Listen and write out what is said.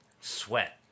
sweat